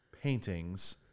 paintings